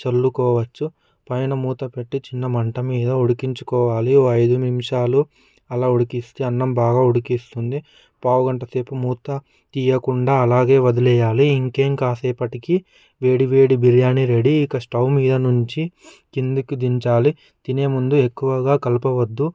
చల్లుకోవచ్చు పైన మూత పెట్టి చిన్న మంట మీద ఉడికించుకోవాలి ఓ ఐదు నిమిషాలు అలా ఉడికిస్తే అన్నం బాగా ఉడికిస్తుంది పావుగంట మూత తీయకుండా అలాగే వదిలేయాలి అలాగే కాసేపటికి వేడి వేడి బిర్యాని రెడీ స్టవ్ మీద నుంచి కిందకి దించాలి తినే ముందు ఎక్కువగా కలప వద్దు